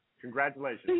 Congratulations